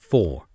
Four